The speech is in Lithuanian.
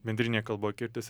bendrinėj kalboj kirtis